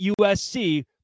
USC